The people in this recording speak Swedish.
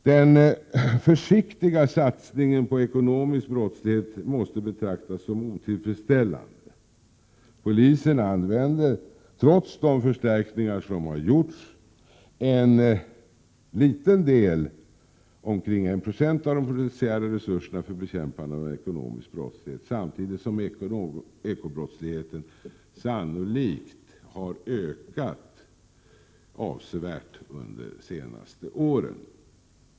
Den försiktiga satsningen på bekämpande av ekonomisk brottslighet måste betraktas som otillfredsställande. Polisen använder, trots de förstärkningar som har gjorts, en liten del — omkring 1 90 — av de polisiära resurserna för bekämpande av ekonomisk brottslighet samtidigt som ekobrottsligheten sannolikt har ökat avsevärt under de senaste åren.